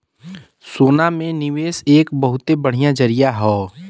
सोना में निवेस एक बहुते बढ़िया जरीया हौ